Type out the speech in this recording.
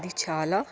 అది చాలా